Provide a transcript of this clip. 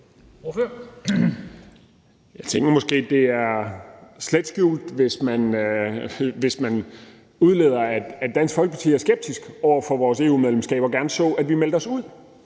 Jeg tænker måske, det er slet skjult, hvis man udleder, at Dansk Folkeparti er skeptiske over for vores EU-medlemskab og gerne så, at vi meldte os ud.